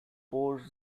post